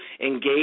engage